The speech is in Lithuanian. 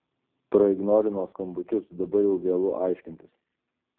praignorino skambučius dabar jau vėlu aiškintis